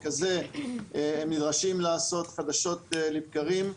את זה הם נדרשים לעשות חדשות לבקרים.